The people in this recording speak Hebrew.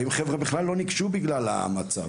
האם חבר'ה בכלל לא ניגשו בגלל המצב?